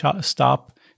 stop